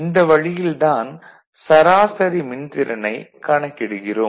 இந்த வழியில் தான் சராசரி மின்திறனைக் கணக்கிடுகிறோம்